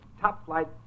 top-flight